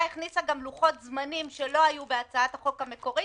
הכניסה גם לוחות זמנים שלא היו בהצעת החוק המקורית